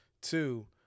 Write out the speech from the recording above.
Two